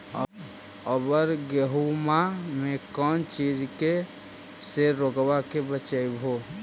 अबर गेहुमा मे कौन चीज के से रोग्बा के बचयभो?